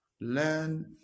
Learn